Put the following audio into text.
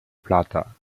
plata